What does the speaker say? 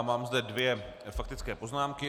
Mám zde dvě faktické poznámky.